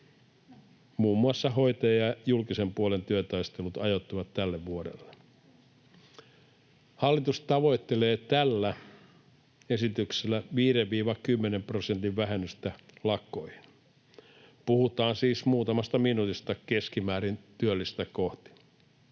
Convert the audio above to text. muun muassa hoitajien ja julkisen puolen työtaistelut ajoittuivat tälle vuodelle. Hallitus tavoittelee tällä esityksellä 5—10 prosentin vähennystä lakkoihin. Puhutaan siis muutamasta minuutista keskimäärin työllistä kohti.